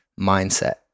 mindset